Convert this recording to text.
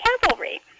cavalry